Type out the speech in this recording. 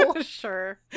sure